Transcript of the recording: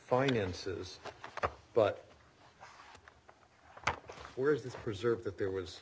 finances but where is this preserve that there was